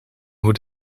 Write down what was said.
hoe